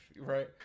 Right